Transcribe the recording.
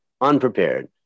unprepared